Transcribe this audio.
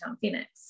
Phoenix